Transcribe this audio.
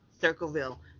Circleville